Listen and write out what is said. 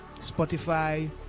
Spotify